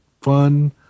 fun